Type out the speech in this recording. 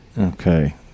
Okay